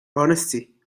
honesty